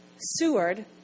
Seward